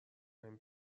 نمی